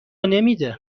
نمیده